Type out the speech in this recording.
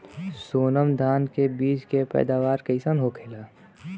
सोनम धान के बिज के पैदावार कइसन होखेला?